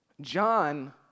John